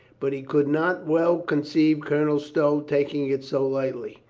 but he could not well conceive colonel stow taking it so lightly.